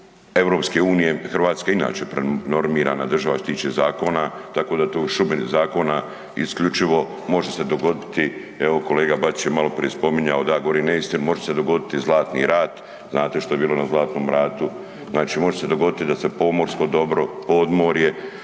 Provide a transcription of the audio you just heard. direktivu EU. Hrvatska je inače prenormirana država što se tiče zakona, tako da u toj šumi zakona isključivo može se dogoditi, evo kolega Bačić je maloprije spominjao da ja govorim neistinu, može se dogoditi Zlatni rat. Znat što je bilo na Zlatnom ratu? Znači može se dogoditi da se pomorsko dobro, podmorje